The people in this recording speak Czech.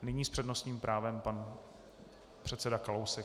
Nyní s přednostním právem pan předseda Kalousek.